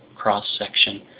cross section,